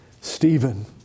Stephen